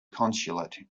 consulate